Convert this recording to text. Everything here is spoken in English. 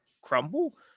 crumble